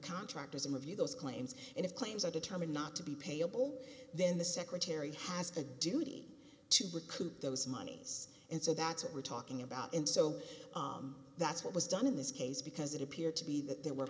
contractors and review those claims and if claims are determined not to be payable then the secretary has a duty to recoup those monies and so that's what we're talking about and so that's what was done in this case because it appeared to be that there were